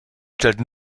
stellt